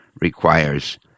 requires